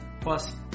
Plus